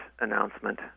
announcement